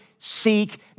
seek